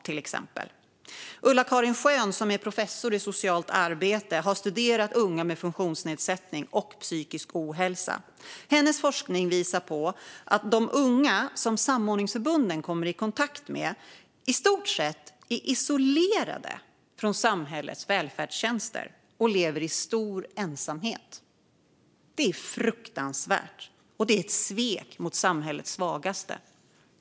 Ulla-Karin Schön, som är professor i socialt arbete, har studerat unga med funktionsnedsättning och psykisk ohälsa. Hennes forskning visar att de unga som samordningsförbunden kommer i kontakt med i stort sett är isolerade från samhällets välfärdstjänster och lever i stor ensamhet. Det är fruktansvärt, och det är ett svek mot samhällets svagaste.